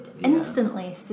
instantly